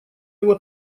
его